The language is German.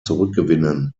zurückgewinnen